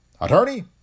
Attorney